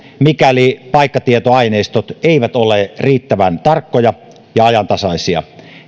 mikäli paikkatietoaineistot eivät ole riittävän tarkkoja ja ajantasaisia